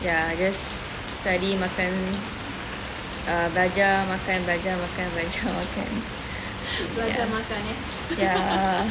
ya I just study makan uh belajar makan belajar makan belajar makan ya uh